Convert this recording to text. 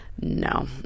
no